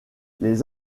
les